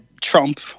Trump